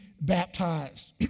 baptized